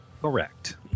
Correct